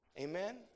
Amen